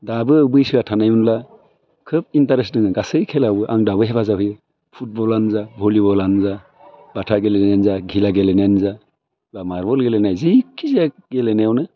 दाबो बैसोआ थानायमोनब्ला खोब इन्टारेस्ट दङ गासै खेलायावबो आं दाबो हेफाजाब होयो फुटबलानो जा भलिबलानो जा बाथा गेलेनायानो जा घिला गेलेनायानो जा बा मारबल गेलेनाय जेखिजाया गेलेनायावनो